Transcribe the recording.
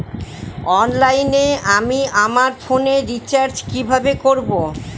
অনলাইনে আমি আমার ফোনে রিচার্জ কিভাবে করব?